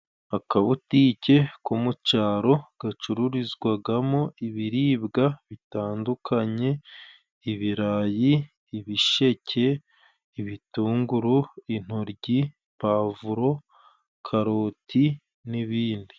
Akabutike ko mu caro gacururizwagamo ibiribwa bitandukanye, ibirayi, ibisheke, ibitunguru, intoryi pavuro, karoti n'ibindi.